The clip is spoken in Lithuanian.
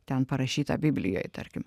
ten parašyta biblijoj tarkim